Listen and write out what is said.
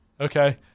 Okay